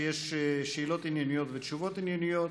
כשיש שאלות ענייניות ותשובות ענייניות.